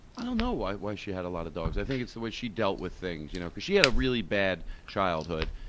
i don't know why why she had a lot of dogs. i think it's the way she dealt with things, you know, because she had a really bad childhood,